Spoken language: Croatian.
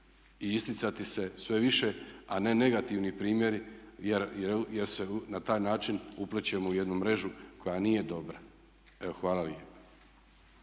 i isticati se sve više a ne negativni primjeri jer se na taj način uplićemo u jednu mrežu koja nije dobra. Evo hvala